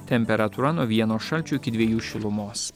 temperatūra nuo vieno šalčio iki dviejų šilumos